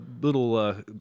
little